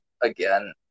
again